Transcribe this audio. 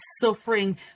suffering